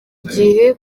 gihe